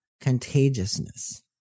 contagiousness